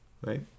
right